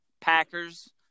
Packers